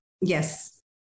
Yes